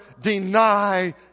deny